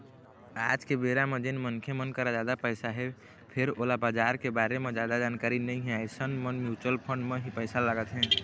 आज के बेरा म जेन मनखे मन करा जादा पइसा हे फेर ओला बजार के बारे म जादा जानकारी नइ हे अइसन मन म्युचुअल फंड म ही पइसा लगाथे